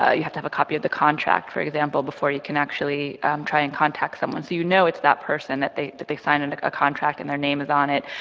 ah you have to have a copy of the contract, for example, before you can actually try and contact someone. so you know it's that person that they that they signed and ah a contract and their name is on it,